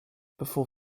before